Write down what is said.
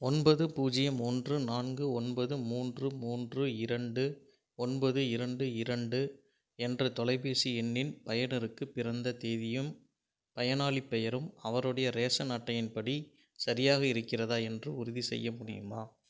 ஒன்பது பூஜ்ஜியம் ஓன்று நான்கு ஒன்பது மூன்று மூன்று இரண்டு ஒன்பது இரண்டு இரண்டு என்ற தொலைபேசி எண்ணின் பயனருக்கு பிறந்த தேதியும் பயனாளிப் பெயரும் அவருடைய ரேஷன் அட்டையின் படி சரியாக இருக்கிறதா என்று உறுதிசெய்ய முடியுமா